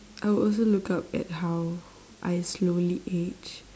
I would also look up at how I slowly age